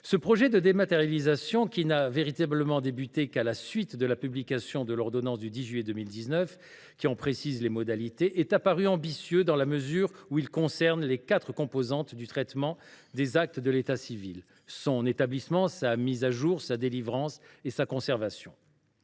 Ce projet de dématérialisation n’a véritablement été engagé qu’à la suite de la publication de l’ordonnance du 10 juillet 2019, qui en précise les modalités. Il est apparu ambitieux, dans la mesure où il couvre les quatre composantes du traitement des actes d’état civil : leur établissement, leur mise à jour, leur délivrance et leur conservation.